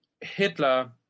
Hitler